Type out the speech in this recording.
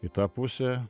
į tą pusę